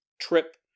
trip